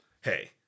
hey